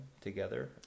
together